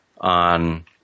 on